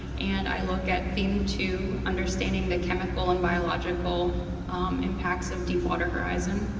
and i look at theme two understanding the chemical and biological impacts of deep water horizon.